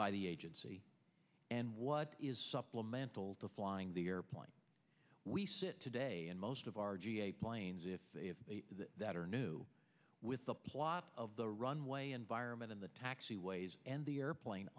by the agency and what is supplemental to flying the airplane we sit today and most of our ga planes if they have that are new with the plot of the runway environment and the taxi ways and the airplane